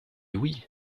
oui